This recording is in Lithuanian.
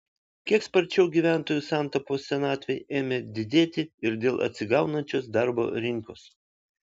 kiek sparčiau gyventojų santaupos senatvei ėmė didėti ir dėl atsigaunančios darbo rinkos